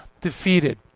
defeated